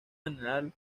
general